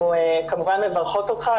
אנחנו כמובן מברכות אותך.